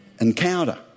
encounter